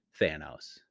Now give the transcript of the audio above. thanos